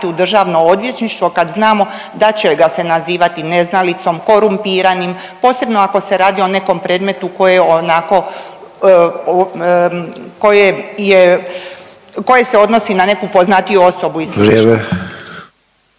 u državno odvjetništvo kad znamo da će ga se nazivati neznalicom, korumpiranim, posebno ako se radi o nekom predmetu koje je onako, .../nerazumljivo/...